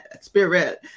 spirit